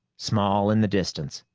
small in the distance,